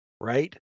Right